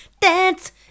Dance